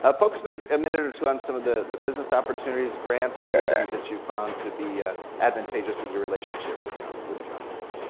focus maybe a minute or two on some of the the business opportunities, grants, and other things that you found to be ah advantageous with your relationship with kind of with the conference.